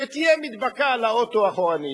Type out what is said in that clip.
שתהיה מדבקה על האוטו, אחורנית,